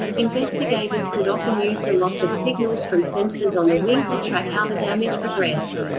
investigators could often use the loss of signals from sensors on the wing to track how the damage progressed.